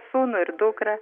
sūnų ir dukrą